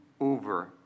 over